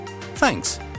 Thanks